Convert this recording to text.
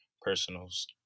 personals